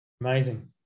Amazing